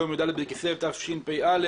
היום י"ד בכסלו התשפ"א,